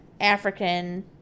African